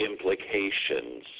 Implications